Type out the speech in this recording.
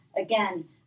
again